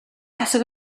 тасаг